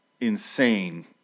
insane